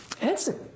Answer